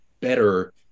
better